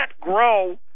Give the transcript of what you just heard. grow